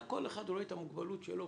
רק כל אחד רואה את המוגבלות שלו.